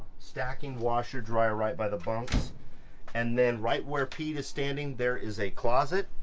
stacking washer dryer right by the bunks and then right where pete is standing, there is a closet,